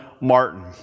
Martin